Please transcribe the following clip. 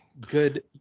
good